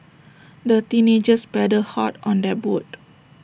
the teenagers paddled hard on their boat